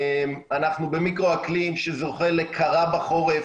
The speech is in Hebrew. אנחנו במיקרו אקלים שזוכה לקרה בחורף